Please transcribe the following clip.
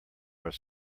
are